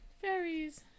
fairies